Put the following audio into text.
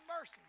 mercy